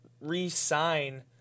re-sign